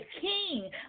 king